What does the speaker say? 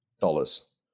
dollars